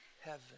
heaven